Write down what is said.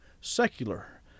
secular